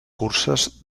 curses